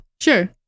sure